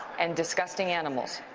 and disgusting animals.